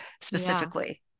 specifically